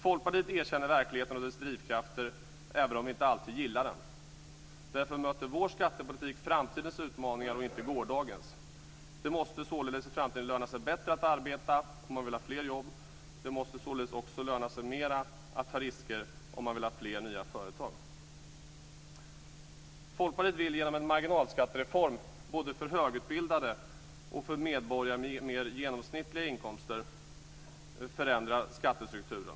Folkpartiet erkänner verkligheten och dess drivkrafter även om vi inte alltid gillar den. Därför möter vår skattepolitik framtidens utmaningar och inte gårdagens. Det måste således i framtiden löna sig bättre att arbeta om man vill ha fler jobb. Det måste således också löna sig mer att ta risker om man vill ha fler nya företag. Folkpartiet vill genom en marginalskattereform både för högutbildade och för medborgare med mer genomsnittliga inkomster förändra skattestrukturen.